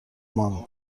ماند